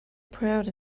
proud